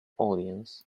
audience